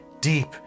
deep